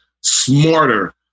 smarter